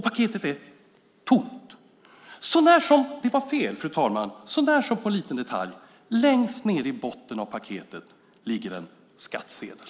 Paketet är tomt, sånär som på en liten detalj. Längst ned i botten på paketet ligger en skattsedel.